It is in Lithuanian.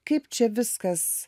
kaip čia viskas